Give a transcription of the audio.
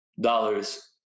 dollars